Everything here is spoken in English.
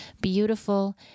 beautiful